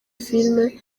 film